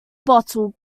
bottle